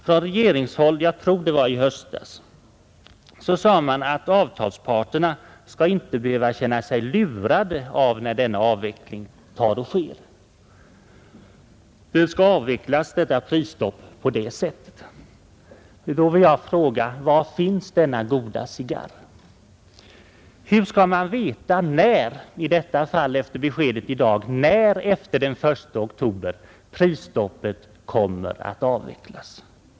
Från regeringshåll — jag tror att det var i höstas — sade man att prisstoppet skall avvecklas på ett sådant sätt att avtalsparterna inte skall behöva känna sig lurade när det sker. Då vill jag fråga: Var finns denna goda cigarr? Hur skall man efter beskedet i dag veta när efter den 1 oktober prisstoppet kommer att avvecklas?